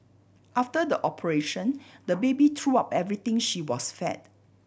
after the operation the baby threw up everything she was fed